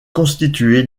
constituée